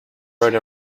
wrote